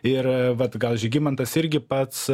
ir vat gal žygimantas irgi pats